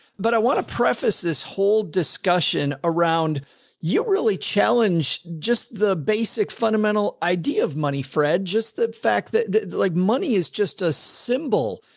but i want to preface this whole discussion around you, really challenge just the basic fundamental idea of money. fred, just that fact that the like money is just a symbol.